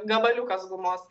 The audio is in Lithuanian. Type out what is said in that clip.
gabaliukas gumos